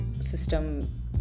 system